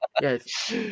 Yes